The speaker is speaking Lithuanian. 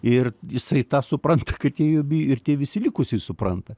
ir jisai tą supranta kad jie jo bijo ir tie visi likusieji supranta